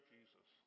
Jesus